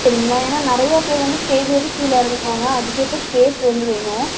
சரிங்களா ஏன்னால் நிறையா பேர் வந்து ஸ்டேஜ் ஏறி கீழே இறங்குவாங்க அதுக்கேற்ற ஸ்பேஸ் வந்து வேணும்